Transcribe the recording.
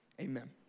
amen